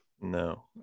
No